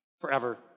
forever